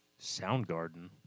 Soundgarden